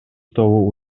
тобу